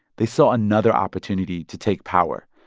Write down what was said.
they saw another opportunity to take power.